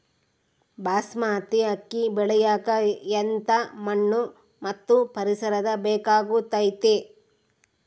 ಬಾಸ್ಮತಿ ಅಕ್ಕಿ ಬೆಳಿಯಕ ಎಂಥ ಮಣ್ಣು ಮತ್ತು ಪರಿಸರದ ಬೇಕಾಗುತೈತೆ?